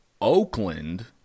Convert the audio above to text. Oakland